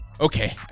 Okay